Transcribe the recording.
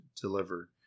deliver